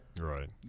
Right